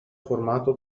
formato